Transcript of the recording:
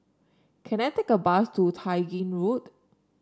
can I take a bus to Tai Gin Road